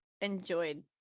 enjoyed